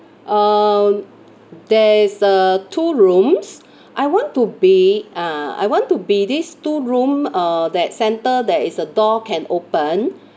uh there's a two rooms I want to be ah I want to be these two room uh that center there is a door can open